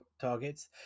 targets